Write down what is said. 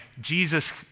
Jesus